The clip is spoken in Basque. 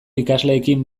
ikasleekin